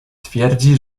twierdzi